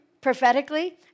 prophetically